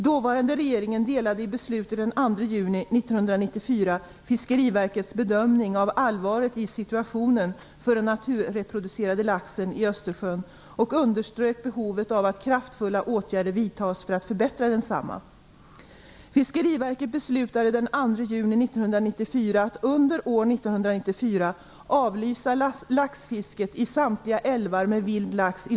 Dåvarande regeringen delade i beslut den 2 juni 1994 Fiskeriverkets bedömning av allvaret i situationen för den naturreproducerande laxen i Östersjön och underströk behovet av att kraftfulla åtgärder vidtas för att förbättra densamma.